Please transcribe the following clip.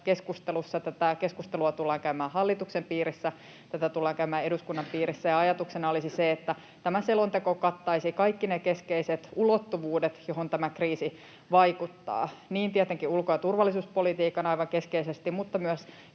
keskustelussa. Tätä keskustelua tullaan käymään hallituksen piirissä, tätä tullaan käymään eduskunnan piirissä, ja ajatuksena olisi se, että tämä selonteko kattaisi kaikki ne keskeiset ulottuvuudet, joihin tämä kriisi vaikuttaa: niin tietenkin ulko- ja turvallisuuspolitiikan vaikutukset aivan keskeisesti mutta myös